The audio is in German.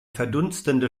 verdunstende